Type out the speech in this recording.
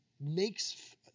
makes